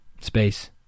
space